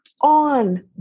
on